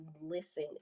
listen